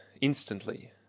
instantly